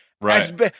Right